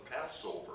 Passover